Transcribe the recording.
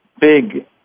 big